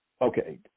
Okay